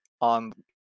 on